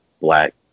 black